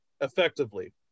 effectively